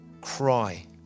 cry